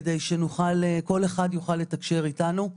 כדי שכל אחד יוכל לתקשר איתנו.